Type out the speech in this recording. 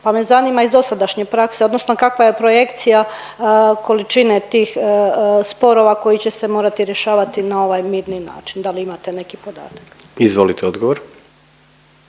pa me zanima iz dosadašnje prakse odnosno kakva je projekcija količine tih sporova koji će se morati rješavati na ovaj mirni način, da li imate neki podatak? **Jandroković,